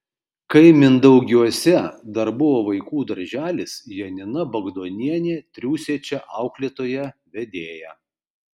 kai mindaugiuose dar buvo vaikų darželis janina bagdonienė triūsė čia auklėtoja vedėja